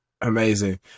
amazing